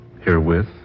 Herewith